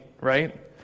right